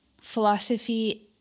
philosophy